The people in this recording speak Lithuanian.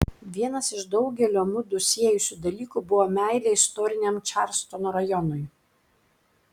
vienas iš daugelio mudu siejusių dalykų buvo meilė istoriniam čarlstono rajonui